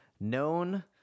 known